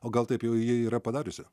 o gal taip jau ji yra padariusi